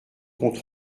compte